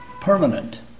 permanent